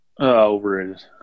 Overrated